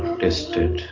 tested